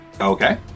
Okay